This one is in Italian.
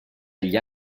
agli